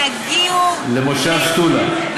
אבל אני רוצה שיגיעו, למושב שתולה.